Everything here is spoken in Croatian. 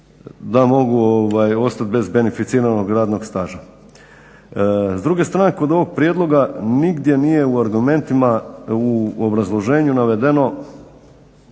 da mogu ostati bez beneficiranog radnog staža. S druge strane, kod ovog prijedloga nigdje nije u argumentima, u obrazloženju navedeno